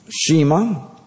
Shema